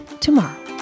tomorrow